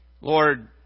Lord